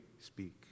speak